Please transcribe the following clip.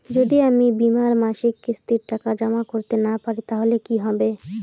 যদি আমি বীমার মাসিক কিস্তির টাকা জমা করতে না পারি তাহলে কি হবে?